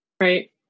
right